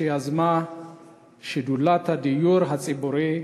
שיזמה שדולת הדיור הציבורי,